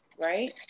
right